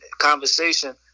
conversation